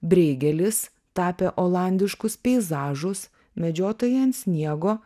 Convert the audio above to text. breigelis tapė olandiškus peizažus medžiotojai ant sniego